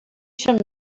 sant